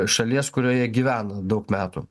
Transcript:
šalies kurioje gyvena daug metų